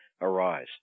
arise